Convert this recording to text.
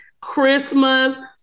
Christmas